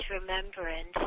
remembrance